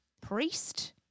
priest